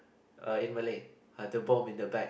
uh in Malay the bomb in the bag